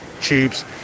tubes